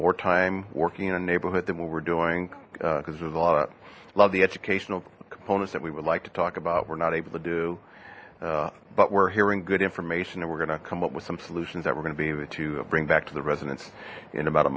more time working in a neighborhood than what we're doing because there's a lot of love the educational components that we would like to talk about we're not able to do but we're hearing good information and we're going to come up with some solutions that were going to be able to bring back to the residence in about a